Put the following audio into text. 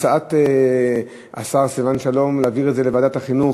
הצעת השר סילבן שלום היא להעביר את זה לוועדת החינוך,